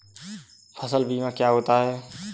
फसल बीमा क्या होता है?